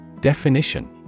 Definition